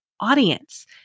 audience